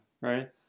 right